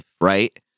right